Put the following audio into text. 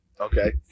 Okay